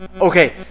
okay